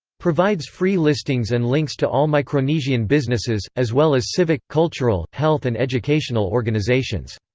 provides free listings and links to all micronesian businesses, as well as civic, cultural, health and educational organizations.